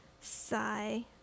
Sigh